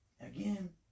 again